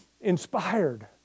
Inspired